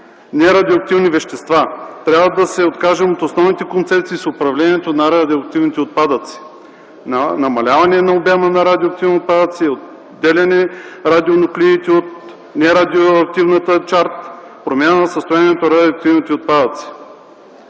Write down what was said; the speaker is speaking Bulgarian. нерадиоактивни вещества. Трябва да се откажем от основните концепции с управлението на радиоактивните отпадъци – намаляване на обема на радиоактивни отпадъци, отделяне радионуклидите от нерадиоактивната чарт, промяна на състоянието на радиоактивните отпадъци.